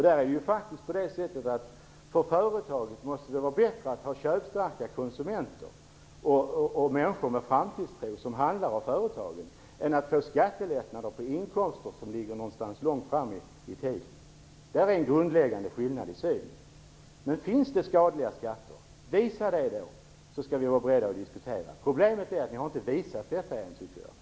För företagen måste det faktiskt vara bättre att ha köpstarka konsumenter och konsumenter med framtidstro än att få skattelättnader på inkomster som ligger någonstans långt fram i tiden. Detta är en grundläggande skillnad i sig. Om det finns skadliga skatter, så visa det. Då är vi beredda att diskutera. Problemet är att jag inte tycker att ni har visat det än.